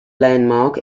landmark